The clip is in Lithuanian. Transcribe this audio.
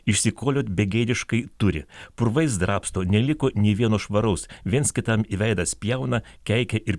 išsikoliot begėdiškai turi purvais drabsto neliko nė vieno švaraus viens kitam į veidą spjauna keikia ir